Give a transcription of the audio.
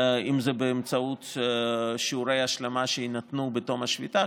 אם זה באמצעות שיעורי השלמה שיינתנו בתום השביתה,